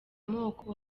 moko